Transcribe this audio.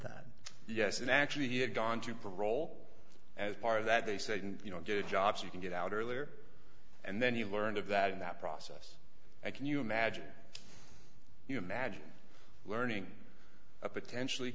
that yes and actually he had gone to parole as part of that they said you know good jobs you can get out earlier and then you learned of that in that process i can you imagine you imagine learning a potentially